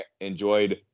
enjoyed